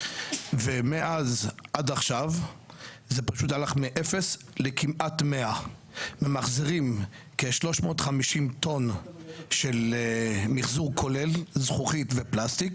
ומאז עד עכשיו זה פשוט הלך מאפס לכמעט 100. ממחזרים כ-350 טון של מיחזור כולל זכוכית ופלסטיק,